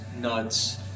nuts